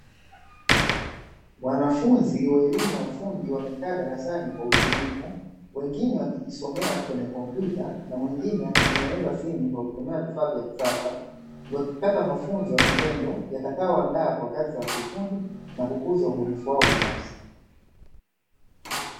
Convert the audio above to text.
Wanafunzi wa elimu ya ufundi wamekaa darasani Kwa utulivu, wengine wakijisomea kwenye kompyuta, mwingine akitengeneza simu kwa kutumia vifaa vya kisasa wakipata mafunzo ya vitendo yatakayo waandaa kwa kazi zakiufundi na kukuza ubunifu wao binafsi.